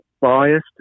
biased